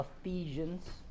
Ephesians